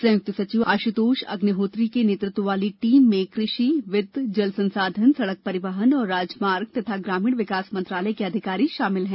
संयुक्त सचिव आशुतोष अग्निहोत्री के नेतृत्व वाली टीम में कृषि वित्त जल संसाधन सड़क परिवहन और राजमार्ग और ग्रामीण विकास मंत्रालय के अधिकारी शामिल हैं